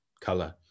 color